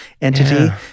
entity